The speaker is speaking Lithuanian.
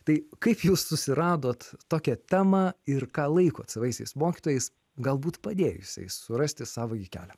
tai kaip jūs susiradot tokią temą ir ką laikot savaisiais mokytojais galbūt padėjusiais surasti savąjį kelią